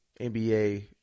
NBA